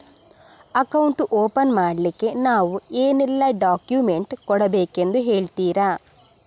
Account open ಮಾಡ್ಲಿಕ್ಕೆ ನಾವು ಏನೆಲ್ಲ ಡಾಕ್ಯುಮೆಂಟ್ ಕೊಡಬೇಕೆಂದು ಹೇಳ್ತಿರಾ?